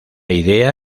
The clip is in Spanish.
idea